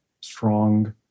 strong